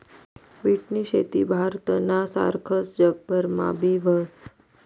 बीटनी शेती भारतना सारखस जगभरमा बी व्हस